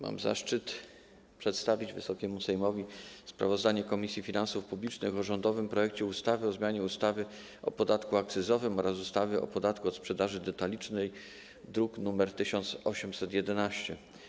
Mam zaszczyt przedstawić Wysokiemu Sejmowi sprawozdanie Komisji Finansów Publicznych o rządowym projekcie ustawy o zmianie ustawy o podatku akcyzowym oraz ustawy o podatku od sprzedaży detalicznej, druk nr 1811.